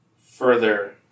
further